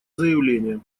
заявление